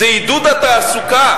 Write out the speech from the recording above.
זה עידוד התעסוקה,